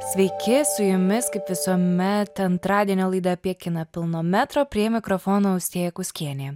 sveiki su jumis kaip visuomet antradienio laida apie kiną pilno metro prie mikrofono austėja kuskienė